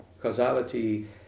causality